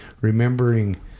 remembering